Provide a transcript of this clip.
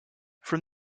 from